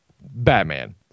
Batman